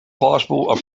possible